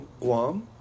Guam